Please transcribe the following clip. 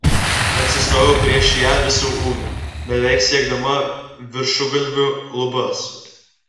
atsistojau prieš ją visu ūgiu beveik siekdama viršugalviu lubas